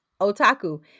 Otaku